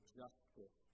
justice